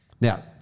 now